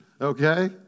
okay